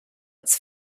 its